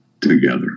together